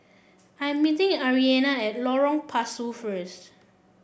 I'm meeting Arianna at Lorong Pasu first